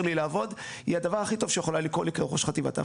לי לעבוד היא הדבר הכי טוב שיכול היה לקרות לי כראש חטיבת האבטחה.